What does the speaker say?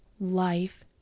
life